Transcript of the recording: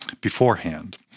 beforehand